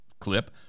clip